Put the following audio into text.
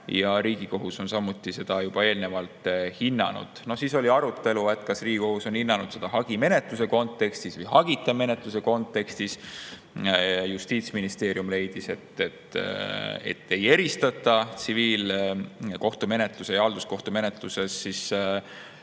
Riigikohus on samuti seda juba hinnanud. Siis oli arutelu, kas Riigikohus on hinnanud seda hagimenetluse kontekstis või hagita menetluse kontekstis. Justiitsministeerium leidis, et tsiviilkohtumenetluses ja halduskohtumenetluses ei